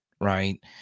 right